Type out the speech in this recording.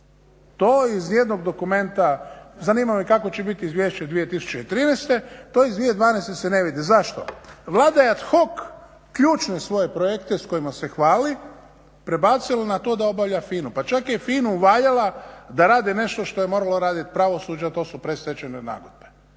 to iz jednog dokumenta, zanima me kakvo će biti izvješće 2013., to iz 2012. se ne vidi. Zašto? Vlada je ad hoc ključne svoje projekte s kojima se hvali prebacila na to da obavlja FINA, pa čak je i FINA-u uvaljala da radi nešto što je moralo raditi pravosuđe, a to su predstečajne nagodbe.